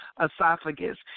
esophagus